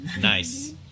Nice